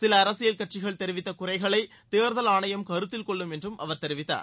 சில அரசியல் கட்சிகள் தெரிவித்த குறைகளை தேர்தல் ஆணையம் கருத்தில் கொள்ளும் என்றும் அவர் தெரிவித்தார்